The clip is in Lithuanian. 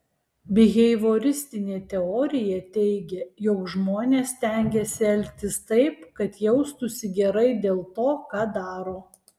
bihevioristinė teorija teigia jog žmonės stengiasi elgtis taip kad jaustųsi gerai dėl to ką daro